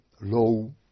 low